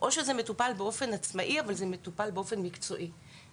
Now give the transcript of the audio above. או שזה מטופל באופן עצמאי אבל זה מטופל באופן מקצועי.